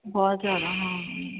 ਬਹੁਤ ਜ਼ਿਆਦਾ ਹਾਂ